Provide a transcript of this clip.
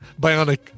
bionic